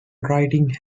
writing